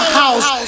house